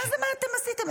מה זה מה אתם עשיתם?